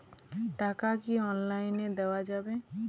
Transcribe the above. টাকা কি অনলাইনে দেওয়া যাবে?